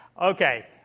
Okay